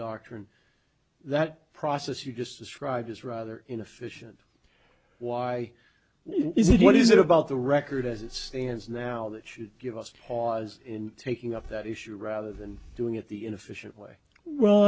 doctrine that process you just described is rather inefficient why is it what is it about the record as it stands now that should give us pause in taking up that issue rather than doing it the inefficient way well